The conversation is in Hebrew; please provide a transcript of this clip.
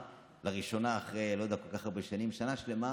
לראשונה אחרי כל כך הרבה שנים, שנה שלמה